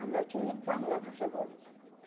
আমরা চলিত বাংলা ভাষা বলি